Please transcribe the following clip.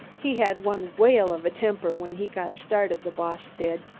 he had one whale of a temper when he got started, the boss did.